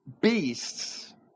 beasts